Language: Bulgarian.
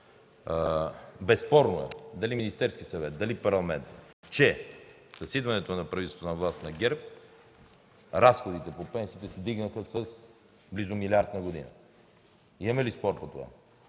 Безспорно – дали Министерският съвет, дали Парламентът, с идването на власт на правителството на ГЕРБ разходите по пенсиите се вдигнаха с близо милиард на година. Имаме ли спор по това?